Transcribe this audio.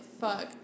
fuck